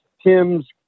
Tim's